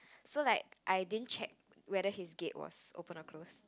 so like I didn't check whether he gave was open or close